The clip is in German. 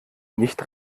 nicht